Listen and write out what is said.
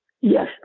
Yes